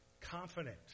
confident